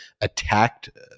attacked